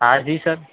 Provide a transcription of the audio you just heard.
હા જી સર